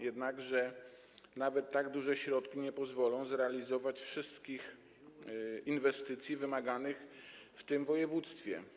Jednakże nawet tak duże środki nie pozwolą zrealizować wszystkich inwestycji wymaganych w tym województwie.